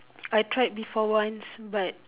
I tried before once but